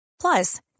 Plus